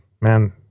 man